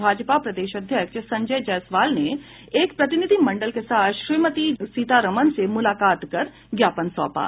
भाजपा प्रदेश अध्यक्ष संजय जायसवाल ने एक प्रतिनिधि मंडल के साथ श्रीमती सीतारमन से मुलाकात कर ज्ञापन सौंपा